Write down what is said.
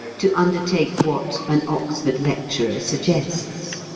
to undertake what an oxford lecturer suggests.